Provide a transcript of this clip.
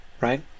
right